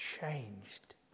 changed